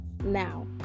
Now